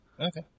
Okay